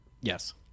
Yes